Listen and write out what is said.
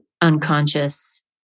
unconscious